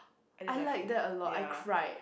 I didn't like it ya